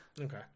Okay